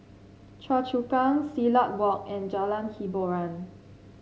Choa Chu Kang Silat Walk and Jalan Hiboran